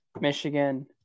Michigan